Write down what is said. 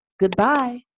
Goodbye